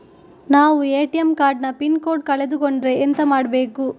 ನಾವು ATM card ನ pin code ಕಳೆದು ಕೊಂಡ್ರೆ ಎಂತ ಮಾಡ್ಬೇಕು?